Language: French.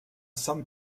sainte